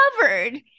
covered